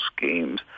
schemes